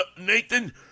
Nathan